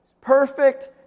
perfect